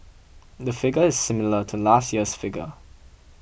the figure is similar to last year's figure